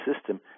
system